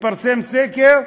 התפרסם סקר: